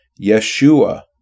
Yeshua